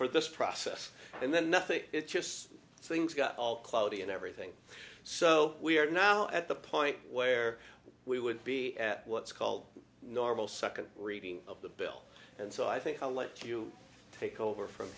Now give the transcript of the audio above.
for this process and then nothing things got all cloudy and everything so we are now at the point where we would be at what's called normal second reading of the bill and so i think i'll let you take over from